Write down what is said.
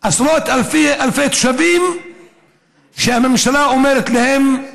עשרות אלפי תושבים שהממשלה אומרת להם: